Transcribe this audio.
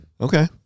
Okay